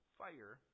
fire